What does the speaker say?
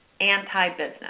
anti-business